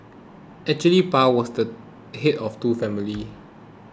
actually Pa was the head of two family